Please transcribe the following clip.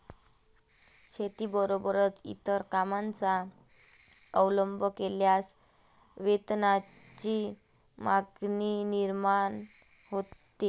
शेतीबरोबरच इतर कामांचा अवलंब केल्यास वेतनाची मागणी निर्माण होते